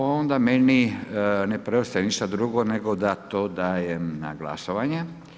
Onda meni ne preostaje ništa drugo nego da to dajem na glasovanje.